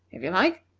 if you like.